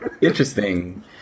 Interesting